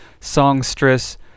songstress